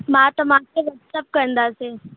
मां तव्हांखे वाट्सअप कंदासीं